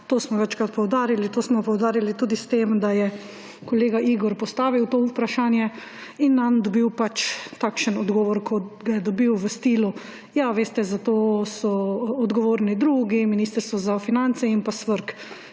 To smo večkrat poudarili, to smo poudarili tudi s tem, da je kolega Igor postavil to vprašanje in nanj dobil pač takšen odgovor kot ga je dobil; v stilu, ja, veste, za to so odgovorni drugi, Ministrstvo za finance in pa SVRK,